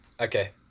Okay